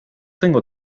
tengo